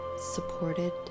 supported